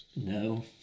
no